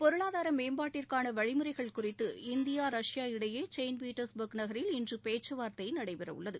பொருளாதார மேம்பாட்டிற்கான வழிமுறைகள் குறித்து இந்தியாவும் ரஷ்யா நாடுகளுக்கிடையே செயின்ட்பீட்டர்ஸ்பர்க் நகரில் இன்று பேச்சுவார்த்தை நடைபெறவுள்ளது